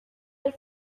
del